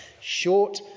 Short